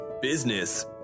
business